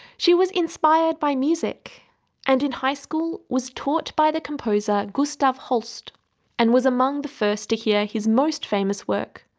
she was inspired by music and in high school, was taught by the composer gustav holst and was among the first to hear his most famous work,